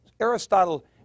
Aristotle